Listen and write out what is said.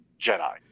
Jedi